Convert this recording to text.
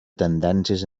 tendències